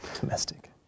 Domestic